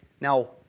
Now